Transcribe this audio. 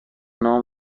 نام